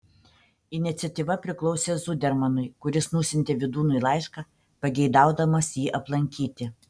iniciatyva priklausė zudermanui kuris nusiuntė vydūnui laišką pageidaudamas jį aplankyti